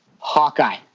hawkeye